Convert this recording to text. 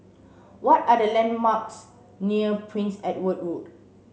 what are the landmarks near Prince Edward Road